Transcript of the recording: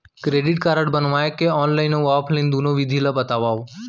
Credit card बनवाए के online अऊ ऑफलाइन दुनो विधि ला बतावव?